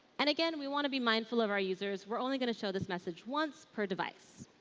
and again, we want to be mindful of our users. we're only going to show this message once per device.